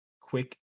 quick